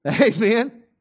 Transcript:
Amen